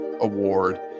award